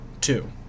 two